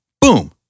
Boom